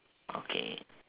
okay